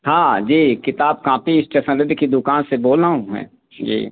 हाँ जी किताब काँपी इस्टेसनरी की दुकान से बोल रहा हूँ मैं जी